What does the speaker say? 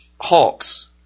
Hawks